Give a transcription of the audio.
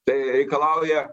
tai reikalauja